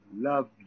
love